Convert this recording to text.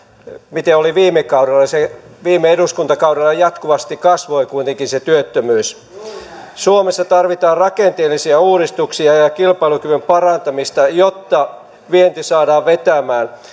miten oli viime kaudella viime eduskuntakaudella jatkuvasti kasvoi kuitenkin se työttömyys suomessa tarvitaan rakenteellisia uudistuksia ja kilpailukyvyn parantamista jotta vienti saadaan vetämään